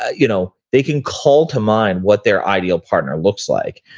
ah you know they can call to mind what their ideal partner looks like.